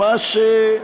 ממש,